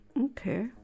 Okay